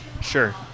Sure